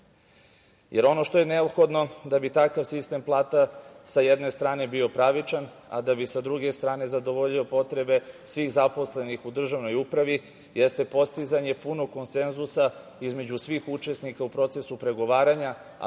godini. Ono što je neophodno da bi takav sistem plata sa jedne strane bio pravičan, a da bi sa druge strane zadovoljio potrebe svih zaposlenih u državnoj upravi, jeste postizanje punog konsenzusa između svih učesnika u procesu pregovaranja,